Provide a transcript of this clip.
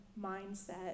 mindset